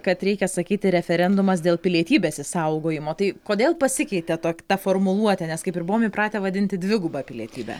kad reikia sakyti referendumas dėl pilietybės išsaugojimo tai kodėl pasikeitė tok ta formuluotė nes kaip ir buvom įpratę vadinti dviguba pilietybe